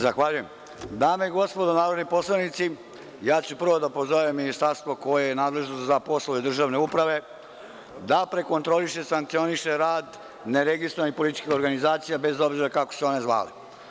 Dame i gospodo narodni poslanici, ja ću prvo da pozovem ministarstvo koje je nadležno za poslove državne uprave da prekontroliše i sankcioniše rad ne registrovanih političkih organizacija bez obzira kako se one zvale.